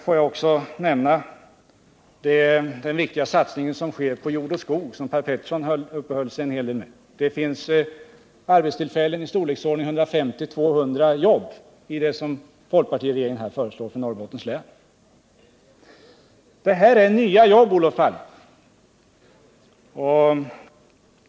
Låt mig också nämna den viktiga satsning som görs på jord och skog och som Per Petersson uppehöll sig en hel del vid. Denna folkpartiregeringens satsning inom jord och skog för Norrbottens län innebär arbetstillfällen i storleksordningen 150-200 jobb. Det här ger nya jobb, Olof Palme.